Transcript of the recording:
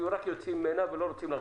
כן.